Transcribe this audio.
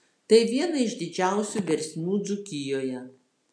tai viena iš didžiausių versmių dzūkijoje